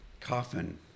coffin